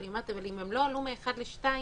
אבל אם הן לא עלו מ-1 ל-2,